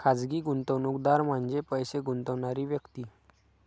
खाजगी गुंतवणूकदार म्हणजे पैसे गुंतवणारी व्यक्ती